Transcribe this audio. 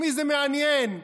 השר חמד עמאר פה.